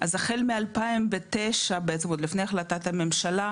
אז החל מ- 2009 בעצם עוד לפני החלטת הממשלה,